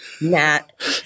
Matt